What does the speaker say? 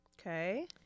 Okay